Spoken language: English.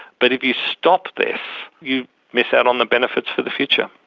but if you stop this you miss out on the benefits for the future.